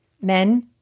men